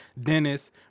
Dennis